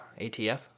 ATF